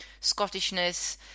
Scottishness